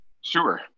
Sure